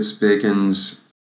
Bacon's